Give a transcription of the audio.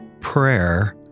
prayer